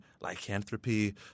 lycanthropy